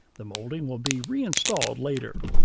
the molding will be reinstalled later.